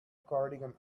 cardigan